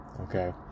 Okay